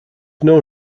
known